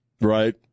right